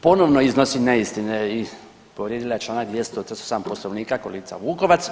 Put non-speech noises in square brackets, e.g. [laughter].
Ponovno iznosi neistine i povrijedila je članak … [unintelligible] Poslovnika kolegica Vukovac.